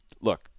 look